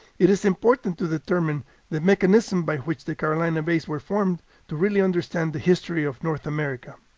it is important to determine the mechanism by which the carolina bays were formed to really understand the history of north america.